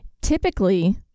typically